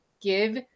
give